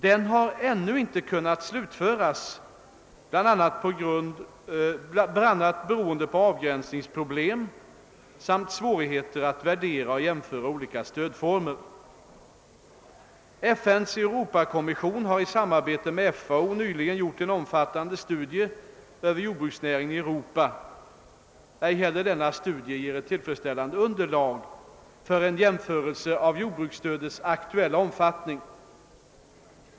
Den har ännu inte kunnat slutföras, bl.a. beroende på avgränsningsproblem samt svårigheter att värdera och jämföra olika stödformer. FN:s Europakommission har i samarbete med FAO ”yligen gjort en omfattande studie över kordbruksnäringarna i Europa. Ej helter denna studie ger ett tillfredsställande underlag för en jämförelse av jordbruksstödets aktuella omfattning.